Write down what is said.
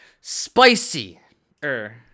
spicy-er